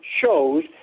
shows